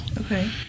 Okay